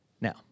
Now